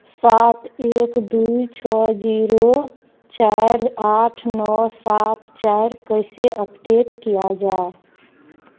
सात एक दो छः जीरो चार आठ नौ सात चार कैसे अपडेट किया जाए